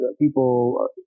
people